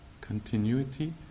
Continuity